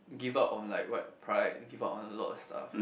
give up on like what pride give up on a lot of stuff